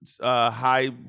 high